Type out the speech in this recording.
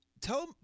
tell